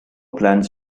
plans